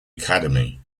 academy